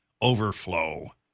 Overflow